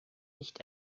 nicht